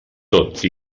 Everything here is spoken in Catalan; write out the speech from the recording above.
tot